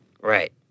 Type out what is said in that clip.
Right